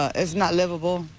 as not livable.